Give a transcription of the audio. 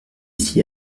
s’y